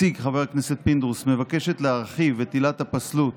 הצעת החוק שהציג חבר הכנסת פינדרוס מבקשת להרחיב את עילת הפסלות